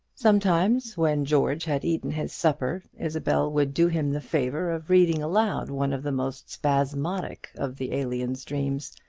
sometimes, when george had eaten his supper, isabel would do him the favour of reading aloud one of the most spasmodic of the alien's dreams.